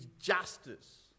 justice